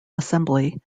assembly